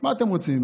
מה אתם רוצים ממנו?